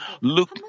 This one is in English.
look